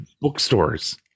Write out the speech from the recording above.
bookstores